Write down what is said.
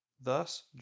Thus